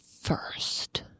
first